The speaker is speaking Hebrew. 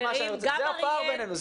זה הפער בינינו.